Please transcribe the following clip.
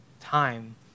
time